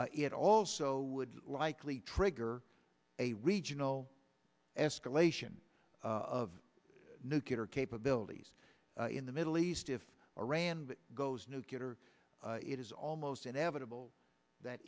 japan it also would likely trigger a regional escalation of nuclear capabilities in the middle east if iran goes nuclear it is almost inevitable that